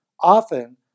often